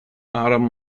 adam